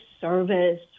service